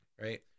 right